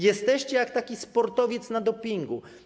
Jesteście jak taki sportowiec na dopingu.